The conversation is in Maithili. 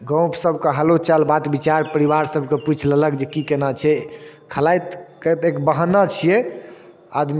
गपशप के हालोचाल के बातविचार परिवार सबके पुछि लेलक की कि केना छै खेलाइके तऽ एक बहन्ना छियै आदमी